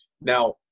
Now